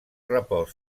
repòs